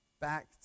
back